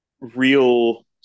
real